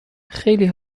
خیلی